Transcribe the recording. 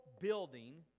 building